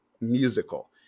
musical